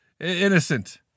innocent